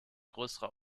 größerer